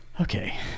Okay